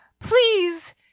Please